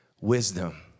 wisdom